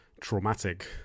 traumatic